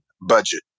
budget